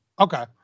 Okay